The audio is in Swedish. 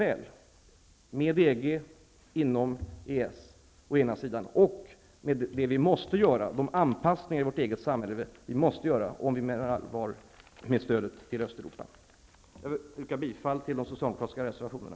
Det måste fungera väl. Det finns även en koppling till de anpassningar i vårt eget samhälle som vi måste göra om vi menar allvar med stödet till Östeuropa. Jag yrkar bifall till de socialdemokratiska reservationerna.